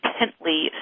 intently